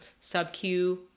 sub-Q